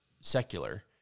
secular